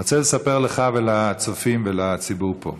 אני רוצה לספר לך ולצופים ולציבור פה: